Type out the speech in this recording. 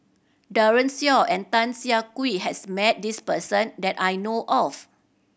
Daren Shiau and Tan Siah Kwee has met this person that I know of